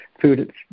food